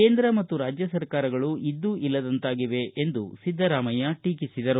ಕೇಂದ್ರ ಮತ್ತು ರಾಜ್ಯ ಸರ್ಕಾರಗಳು ಇದ್ದೊ ಇಲ್ಲದಂತಾಗಿದೆ ಎಂದು ಸಿದ್ದರಾಮಯ್ಯ ಟೀಕಿಸಿದರು